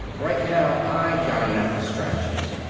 right now i got enough distractions.